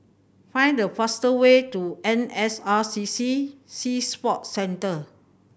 find the fastest way to N S R C C Sea Sports Centre